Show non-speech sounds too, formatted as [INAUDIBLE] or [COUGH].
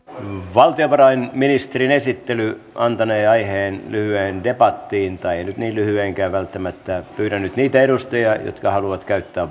valtiovarainministerin esittely antanee aiheen lyhyeen debattiin tai ei nyt niin lyhyeenkään välttämättä pyydän nyt niitä edustajia jotka haluavat käyttää [UNINTELLIGIBLE]